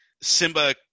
Simba